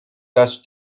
dutch